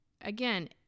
again